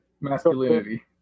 masculinity